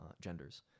genders